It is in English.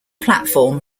platform